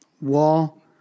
wall